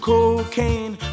Cocaine